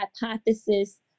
hypothesis